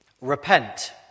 Repent